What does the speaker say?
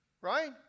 right